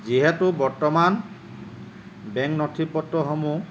যিহেতু বৰ্তমান বেংক নথি পত্ৰসমূহ